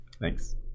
Thanks